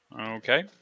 Okay